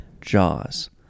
Jaws